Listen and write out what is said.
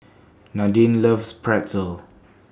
Nadine loves Pretzel